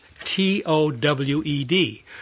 T-O-W-E-D